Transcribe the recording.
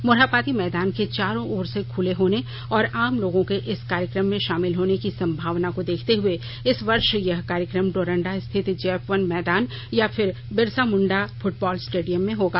मोरहाबादी मैदान के चारो ओर से खुले होने और आम लोगों के इस कार्यक्रम में भाामिल होने की संभावना को देखते हुए इस वर्श यह कार्यकम डोरंडा स्थित जैप वन मैदान या फिर बिरसा मुंडा फुटबॉल स्टेडियम में होगा